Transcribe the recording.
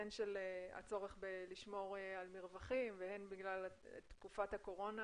הן מהצורך לשמור על מרווחים והן בגלל תקופת הקורונה